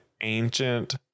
ancient